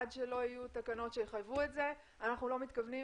עד שלא יהיו תקנות שיחייבו את זה אנחנו לא מתכוונים